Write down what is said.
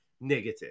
negative